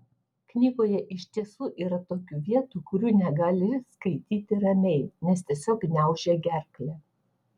knygoje iš tiesų yra tokių vietų kurių negali skaityti ramiai nes tiesiog gniaužia gerklę